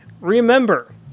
Remember